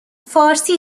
فارسی